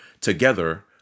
together